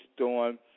on